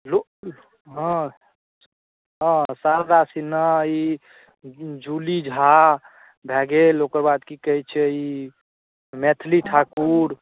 हँ हँ शारदा सिन्हा ई जूली झा भए गेल ओकर बाद की कहैत छै ई मैथिली ठाकुर